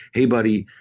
hey buddy,